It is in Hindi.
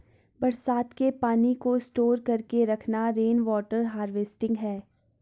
बरसात के पानी को स्टोर करके रखना रेनवॉटर हारवेस्टिंग है